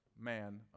man